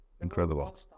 Incredible